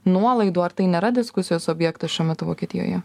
nuolaidų ar tai nėra diskusijos objektas šiuo metu vokietijoje